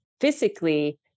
physically